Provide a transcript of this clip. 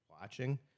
watching